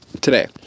today